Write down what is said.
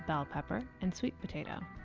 but pepper and sweet potato.